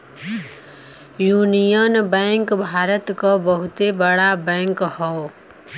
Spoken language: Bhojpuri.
यूनिअन बैंक भारत क बहुते बड़ा बैंक हौ